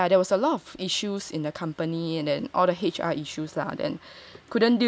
because yeah there were a lot of issues in the company and then all the H_R issues lah then couldn't deal with it anymore and mm